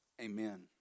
amen